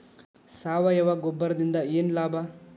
ಸಾವಯವ ಗೊಬ್ಬರದಿಂದ ಏನ್ ಲಾಭ?